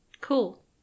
Cool